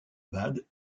bade